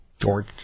George